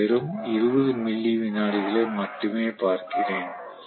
நான் வெறும் 20 மில்லி விநாடிகளை மட்டுமே பார்க்கிறேன்